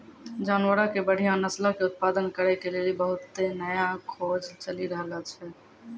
जानवरो के बढ़िया नस्लो के उत्पादन करै के लेली बहुते नया खोज चलि रहलो छै